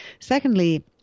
secondly